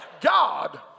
God